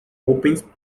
opens